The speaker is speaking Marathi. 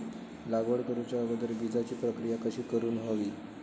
लागवड करूच्या अगोदर बिजाची प्रकिया कशी करून हवी?